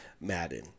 madden